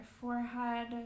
forehead